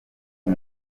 uyu